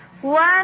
One